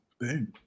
Boom